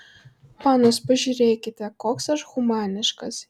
panos pažiūrėkite koks aš humaniškas